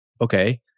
Okay